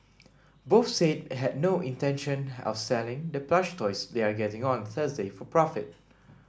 both said had no intention of selling the plush toys they are getting on Thursday for profit